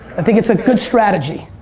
i think it's a good strategy.